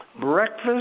breakfast